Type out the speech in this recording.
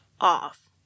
off